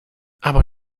aber